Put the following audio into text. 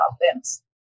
problems